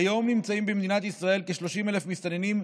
כיום נמצאים במדינת ישראל כ-30,000 מסתננים,